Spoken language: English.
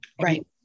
Right